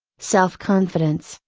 self confidence,